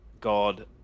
god